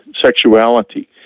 sexuality